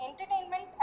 entertainment